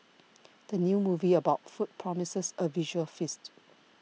the new movie about food promises a visual feast